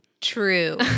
true